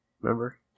remember